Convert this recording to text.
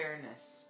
fairness